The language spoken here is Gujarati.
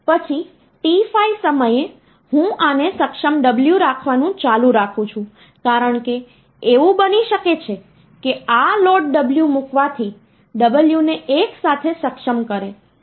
પછી t5 સમયે હું આને સક્ષમ w રાખવાનું ચાલુ રાખું છું કારણ કે એવું બની શકે છે કે આ લોડ w મૂકવાથી w ને એકસાથે સક્ષમ કરે